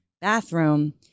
bathroom